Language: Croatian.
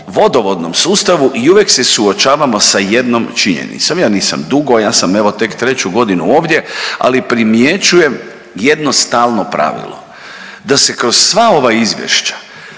vodovodnom sustavu i uvijek se suočavamo sa jednom činjenicom. Ja nisam dugo, ja sam evo tek 3 godinu ovdje, ali primjećujem jedno stalno pravilo da se kroz sva ova izvješća